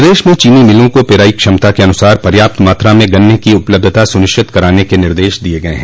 प्रदेश में चीनी मिलों को पेराई क्षमता के अनुसार पर्याप्त मात्रा में गन्ने की उपलब्धता सुनिश्चित कराने के निर्देश दिये गये हैं